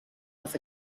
was